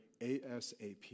ASAP